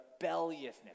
rebelliousness